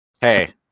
Hey